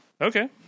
Okay